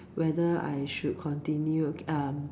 whether I should continue um